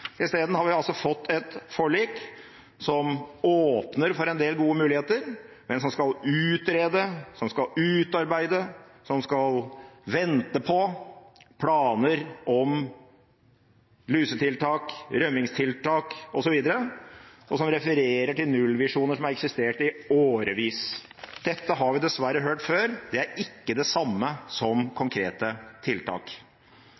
Isteden har vi altså fått et forlik som åpner for en del gode muligheter, men som skal utrede, som skal utarbeide, som skal vente på planer om lusetiltak, rømningstiltak osv., og som refererer til nullvisjoner som har eksistert i årevis. Dette har vi dessverre hørt før – det er ikke det samme som konkrete tiltak.